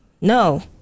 No